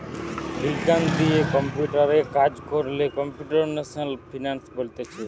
বিজ্ঞান দিয়ে কম্পিউটারে কাজ কোরলে কম্পিউটেশনাল ফিনান্স বলতিছে